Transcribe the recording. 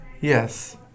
yes